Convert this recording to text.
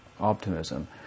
optimism